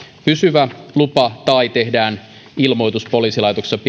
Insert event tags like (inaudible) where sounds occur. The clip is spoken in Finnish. pysyvä lupa tai tehdään ilmoitus poliisilaitokselle (unintelligible)